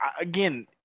again